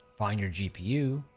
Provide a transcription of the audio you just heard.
find your gpu,